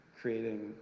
creating